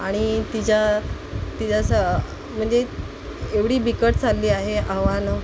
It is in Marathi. आणि तिच्या तिजा असं म्हणजे एवढी बिकट चालली आहे आव्हानं